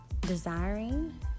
desiring